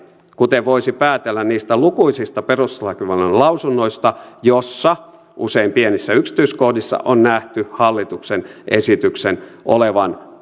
kuten voisi päätellä niistä lukuisista perustuslakivaliokunnan lausunnoista joissa usein pienissä yksityiskohdissa on nähty hallituksen esityksen olevan